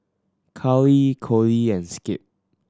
Karly Kody and Skip